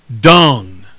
dung